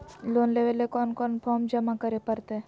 Loan लेवे ले कोन कोन फॉर्म जमा करे परते?